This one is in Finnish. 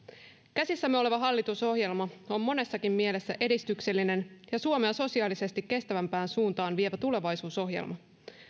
käsissämme oleva hallitusohjelma on monessakin mielessä edistyksellinen ja suomea sosiaalisesti kestävämpään suuntaan vievä tulevaisuusohjelma